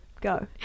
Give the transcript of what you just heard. Go